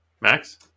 Max